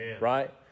Right